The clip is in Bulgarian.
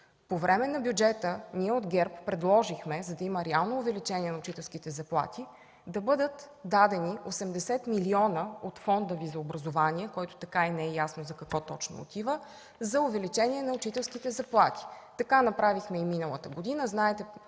на бюджета ние от ГЕРБ предложихме, за да има реално увеличение, да бъдат дадени 80 милиона от фонда Ви за образование, който така и не е ясно за какво точно отива, за увеличение на учителските заплати. Така направихме и миналата година